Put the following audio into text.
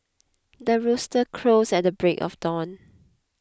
the rooster crows at the break of dawn